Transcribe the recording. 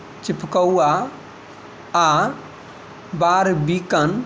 चिपकउआ आ बारबीकन